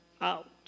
out